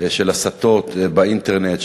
של הסתות באינטרנט,